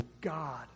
God